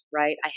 right